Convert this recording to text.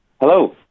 Hello